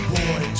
boy